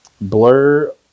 blur